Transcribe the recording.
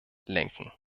lenken